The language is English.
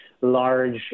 large